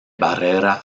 barrera